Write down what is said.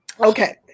okay